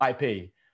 IP